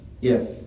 Yes